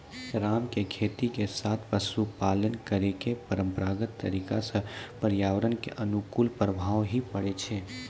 राम के खेती के साथॅ पशुपालन करै के परंपरागत तरीका स पर्यावरण कॅ अनुकूल प्रभाव हीं पड़ै छै